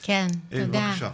בבקשה.